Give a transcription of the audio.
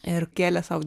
ir kėlė sau